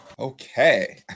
Okay